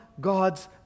God's